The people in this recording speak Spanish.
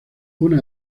una